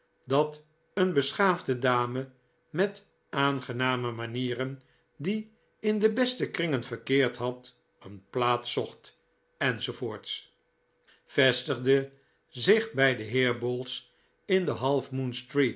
dat een beschaafde dame met aangename manieren die in de beste kringen verkeerd had een plaats zocht etc vestigde zich bij den heer bowls in de half